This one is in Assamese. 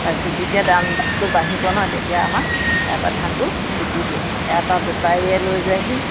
তাৰপিছত যেতিয়া দামটো বাঢ়িব ন তেতিয়া আমাৰ ইয়াৰপা ধানটো বিকি দিয়ে ইয়াৰপা বেপাৰীয়ে লৈ যায়হি